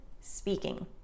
speaking